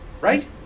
right